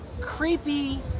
creepy